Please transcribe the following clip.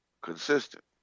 Consistent